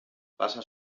passa